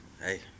Hey